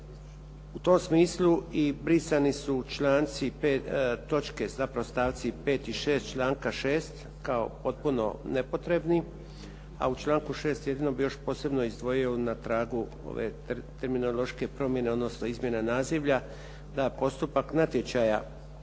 U tom smislu i brisani su članci, točke, zapravo stavci 5. i 6. članka 6. kao potpuno nepotrebni a u članku 6. jedino bih još posebno izdvojio na tragu ove terminološke promjene odnosno izmjene nazivlja da postupak natječaja